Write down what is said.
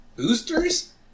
boosters